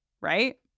Right